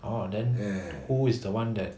orh then who is the one that